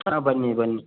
ಹಾಂ ಬನ್ನಿ ಬನ್ನಿ